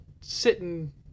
sitting